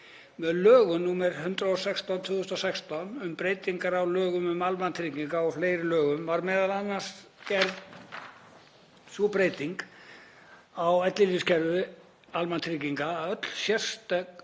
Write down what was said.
Með lögum nr. 116/2016, um breytingar á lögum um almannatryggingar og fleiri lögum, var meðal annars gerð sú breyting á ellilífeyriskerfi almannatrygginga að öll sértæk